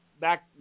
back